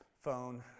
phone